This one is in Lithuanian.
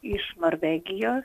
iš norvegijos